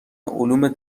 علوم